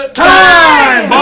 time